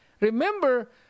remember